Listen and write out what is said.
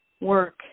work